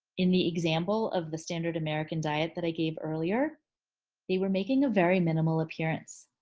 in the example of the standard american diet that i gave earlier they were making a very minimal appearance.